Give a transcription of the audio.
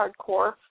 hardcore